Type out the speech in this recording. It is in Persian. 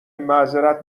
معذرت